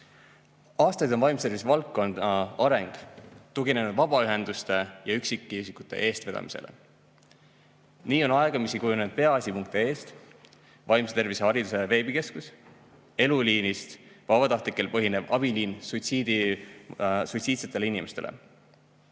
Aastaid on vaimse tervise valdkonna areng tuginenud vabaühenduste ja üksikisikute eestvedamisele. Nii on aegamisi kujunenud Peaasi.ee‑st vaimse tervise hariduse veebikeskus, Eluliinist vabatahtlikel põhinev abiliin suitsiidsetele inimestele.